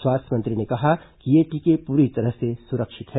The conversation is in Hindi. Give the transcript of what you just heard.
स्वास्थ्य मंत्री ने कहा कि ये टीके पूरी तरह से सुरक्षित हैं